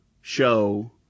show